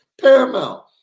paramount